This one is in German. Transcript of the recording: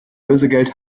lösegeld